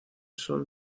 sol